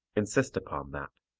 insist upon that.